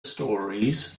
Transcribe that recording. stories